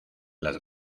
las